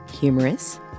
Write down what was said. humorous